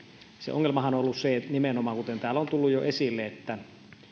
ongelmahan on ollut nimenomaan se kuten täällä on tullut jo esille että